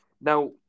Now